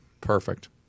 perfect